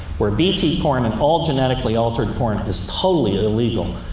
where bt corn and all genetically altered corn is totally illegal,